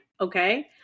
okay